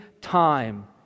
time